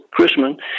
Chrisman